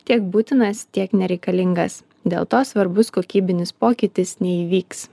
tiek būtinas tiek nereikalingas dėl to svarbus kokybinis pokytis neįvyks